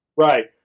Right